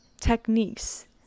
techniques